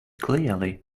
clearly